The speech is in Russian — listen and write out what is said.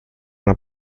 нам